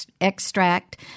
extract